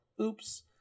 oops